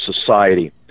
society